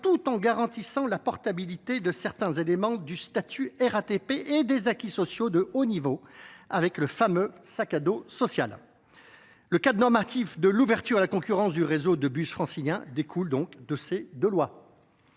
tout en garantissant la portabilité de certains éléments du statut RATP et des acquis sociaux de haut niveau, avec le fameux « sac à dos social ». Le cadre normatif de l’ouverture à la concurrence du réseau de bus francilien découle de ces deux lois.